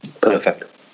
perfect